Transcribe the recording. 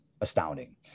astounding